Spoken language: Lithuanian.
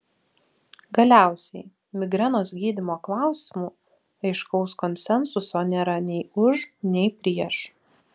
galiausiai migrenos gydymo klausimu aiškaus konsensuso nėra nei už nei prieš